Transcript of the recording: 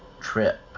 trip